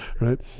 right